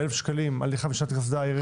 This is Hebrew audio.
1,000 שקלים על אי חבישת קסדה,